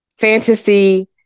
fantasy